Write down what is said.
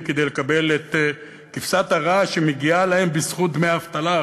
כדי לקבל את כבשת הרש שמגיעה להם בזכות דמי האבטלה.